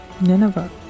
Nineveh